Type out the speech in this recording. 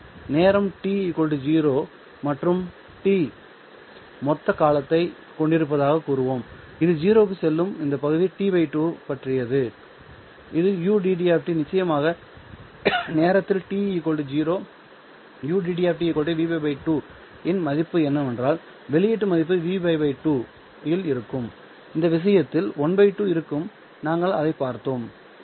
எனவே இது நேரம் t 0 மற்றும் T மொத்த காலத்தைக் கொண்டிருப்பதாகக் கூறுவோம் இது 0 க்கு செல்லும் இந்த பகுதி T 2 ஐப் பற்றியது இந்த ud நிச்சயமாக நேரத்தில் t 0 ud Vπ 2 இன் மதிப்பு என்னவென்றால் வெளியீட்டு மதிப்பு Vπ 2 இல் இருக்கும் இந்த விஷயத்தில் ½ இருக்கும் நாங்கள் அதைப் பார்த்தோம்